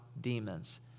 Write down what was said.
demons